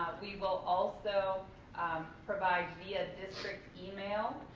we will also um provide via district email,